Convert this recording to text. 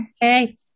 Hey